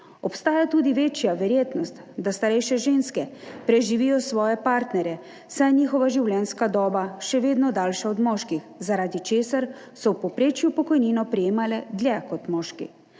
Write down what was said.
Obstaja tudi večja verjetnost, da starejše ženske preživijo svoje partnerje, saj je njihova življenjska doba še vedno daljša od moških, zaradi česar so v povprečju pokojnino prejemale dlje kot moški.